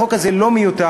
החוק הזה לא מיותר,